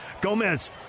Gomez